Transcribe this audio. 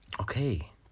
Okay